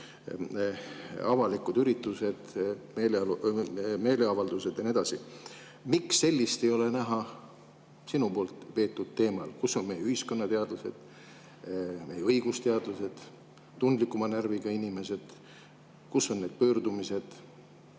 avalikud üritused, meeleavaldused ja nii edasi. Miks ei ole seda näha sinu [tõstatatud] teemal? Kus on meie ühiskonnateadlased, meie õigusteadlased, tundlikuma närviga inimesed? Kus on need pöördumised?